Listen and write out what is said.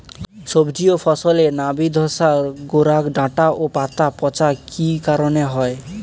সবজি ও ফসলে নাবি ধসা গোরা ডাঁটা ও পাতা পচা কি কারণে হয়?